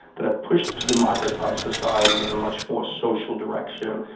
that are pushed to democratise society in a much more social direction.